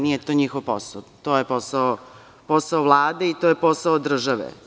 Nije to njihov posao, to je posao Vlade i to je posao države.